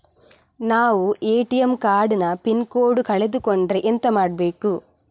ನಾವು ATM card ನ pin code ಕಳೆದು ಕೊಂಡ್ರೆ ಎಂತ ಮಾಡ್ಬೇಕು?